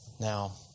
Now